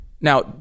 Now